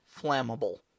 flammable